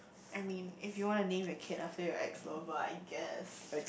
I mean if you wanna name your kid after your ex lover I guess